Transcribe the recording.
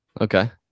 Okay